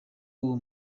uwo